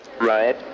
right